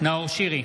נאור שירי